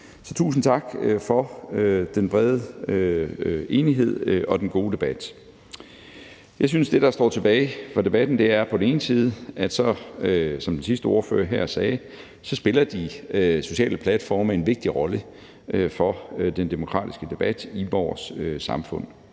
tusind tak for den brede enighed og den gode debat. Jeg synes, at det, der på den ene side står tilbage fra debatten, er – som den sidste ordfører her sagde – at de sociale platforme spiller en vigtig rolle for den demokratiske debat i vores samfund,